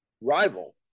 rival